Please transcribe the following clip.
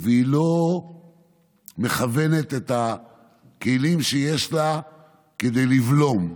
והיא לא מכוונת את הכלים שיש לה כדי לבלום.